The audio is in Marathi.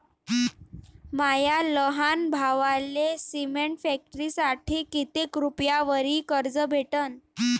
माया लहान भावाले सिमेंट फॅक्टरीसाठी कितीक रुपयावरी कर्ज भेटनं?